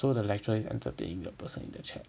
so the lecturer is entertaining the person in the chat